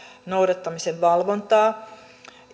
noudattamisen valvontaa